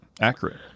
accurate